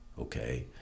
okay